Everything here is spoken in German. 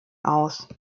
aus